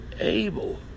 able